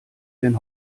den